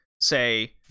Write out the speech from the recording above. say